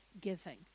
giving